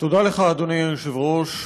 לך, אדוני היושב-ראש.